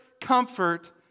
comfort